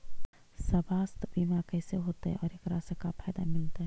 सवासथ बिमा कैसे होतै, और एकरा से का फायदा मिलतै?